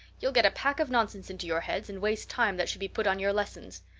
you'll get a pack of nonsense into your heads and waste time that should be put on your lessons.